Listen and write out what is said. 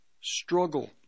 struggle